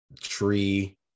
tree